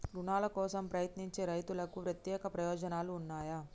రుణాల కోసం ప్రయత్నించే రైతులకు ప్రత్యేక ప్రయోజనాలు ఉన్నయా?